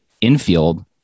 infield